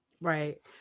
Right